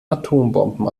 atombomben